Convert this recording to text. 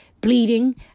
bleeding